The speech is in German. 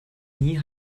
nie